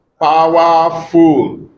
powerful